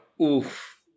oof